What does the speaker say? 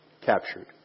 captured